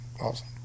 awesome